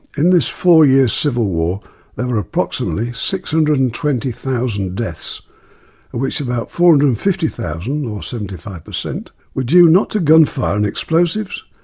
in this four year civil war there were approximately six hundred and twenty thousand deaths of which about four hundred and fifty thousand or seventy five percent were due not to gunfire and explosives,